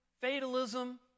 fatalism